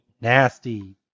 nasty